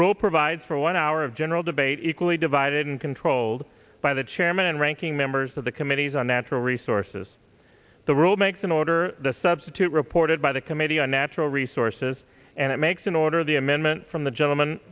rule provides for one hour of general debate equally divided and controlled by the chairman and ranking members of the committees on natural resources the rule makes an order the substitute reported by the committee on natural resources and it makes an order the amendment from the gentleman